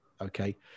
Okay